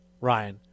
Ryan